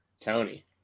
Tony